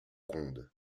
rondes